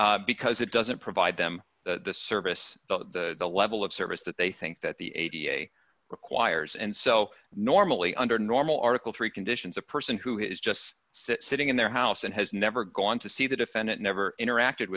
p because it doesn't provide them the service the the level of service that they think that the eighty requires and so normally under normal article three conditions a person who is just sitting in their house and has never gone to see the defendant never interacted